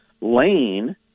Lane